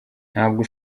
ntabwo